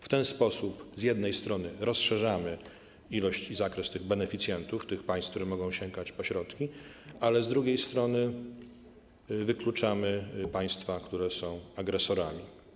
W ten sposób z jednej strony rozszerzamy liczbę i zakres tych beneficjentów, państw, które mogą sięgać po środki, ale z drugiej strony wykluczamy państwa, które są agresorami.